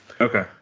Okay